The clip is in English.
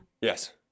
Yes